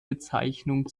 bezeichnung